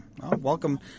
Welcome